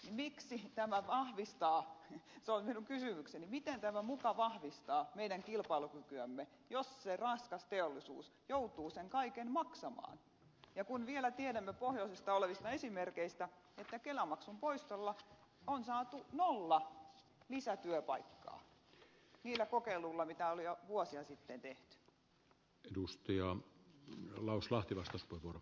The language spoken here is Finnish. miten tämä muka vahvistaa se on minun kysymykseni meidän kilpailukykyämme jos se raskas teollisuus joutuu sen kaiken maksamaan kun vielä tiedämme pohjoisesta olevista esimerkeistä että kelamaksun poistolla on saatu nolla lisätyöpaikkaa niillä kokeiluilla joita on vuosia sitten tehty